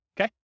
okay